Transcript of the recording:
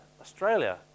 Australia